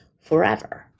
forever